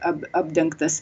ap apdengtas